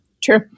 True